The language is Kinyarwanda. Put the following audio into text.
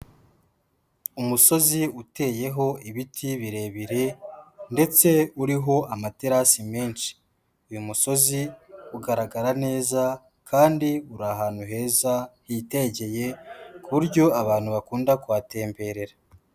Umusozi uteyeho ibiti birebire ndetse uriho amaterasi menshi, uyu musozi ugaragara neza kandi uri ahantu heza hitegeye ku buryo abantu bakunda kuhatemberera.